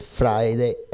friday